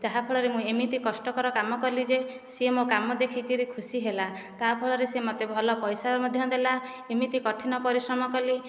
ଯାହାଫଳରେ ମୁଁ ଏମିତି କଷ୍ଟକର କାମ କଲି ଯେ ସିଏ ମୋ କାମ ଦେଖିକରି ଖୁସି ହେଲା ତା' ଫଳରେ ସିଏ ମୋତେ ଭଲ ପଇସା ମଧ୍ୟ ଦେଲା ଏମିତି କଠିନ ପରିଶ୍ରମ କଲି